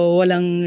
walang